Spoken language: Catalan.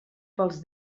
pels